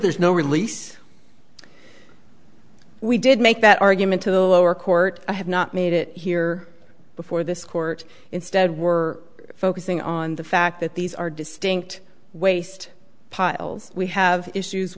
there's no release we did make that argument to the lower court i have not made it here before this court instead we're focusing on the fact that these are distinct waste piles we have issues